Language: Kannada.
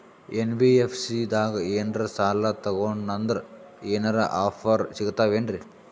ಎನ್.ಬಿ.ಎಫ್.ಸಿ ದಾಗ ಏನ್ರ ಸಾಲ ತೊಗೊಂಡ್ನಂದರ ಏನರ ಆಫರ್ ಸಿಗ್ತಾವೇನ್ರಿ?